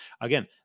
Again